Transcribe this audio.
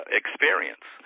experience